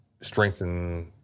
strengthen